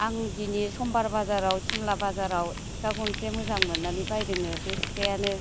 आं दिनै सम्बार बाजाराव सिमला बाजाराव सिखा गंसे मोजां मोन्नानै बायदोङो बे सिखायानो